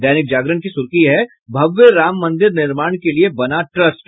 दैनिक जागरण की सुर्खी है भव्य राम मंदिर निर्माण के लिए बना ट्रस्ट